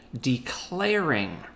declaring